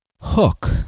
hook